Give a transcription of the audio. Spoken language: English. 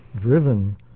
driven